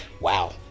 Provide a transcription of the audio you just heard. Wow